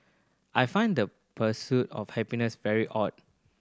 I find the pursuit of happiness very odd